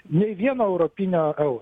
nei vieno europinio euro